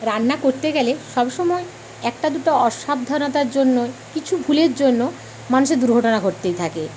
রান্না করতে গেলে সবসময় একটা দুটো অসাবধানতার জন্যই কিছু ভুলের জন্য মানুষের দুর্ঘটনা ঘটতেই থাকে